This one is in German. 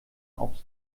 auf